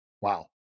wow